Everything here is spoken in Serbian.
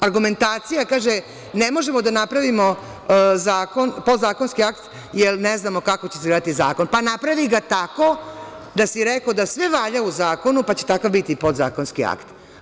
Argumentacija kaže – ne možemo da napravimo podzakonski akt jer ne znamo kako će izgledati zakon, pa napravi ga tako da si rekao da sve valja u zakonu pa će takav biti i podzakonski akt.